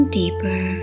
deeper